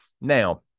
now